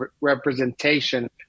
representation